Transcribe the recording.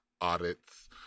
audits